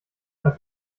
als